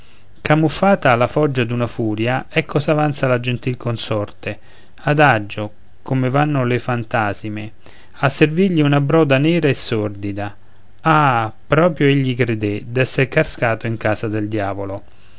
camuffata alla foggia d'una furia ecco s'avanza la gentil consorte adagio come vanno le fantasime a servirgli una broda nera e sordida ah proprio egli credé d'esser cascato in casa del diavolo